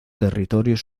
territorios